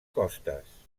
costes